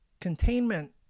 containment